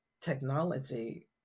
technology